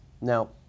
Now